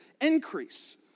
increase